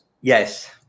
Yes